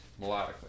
melodically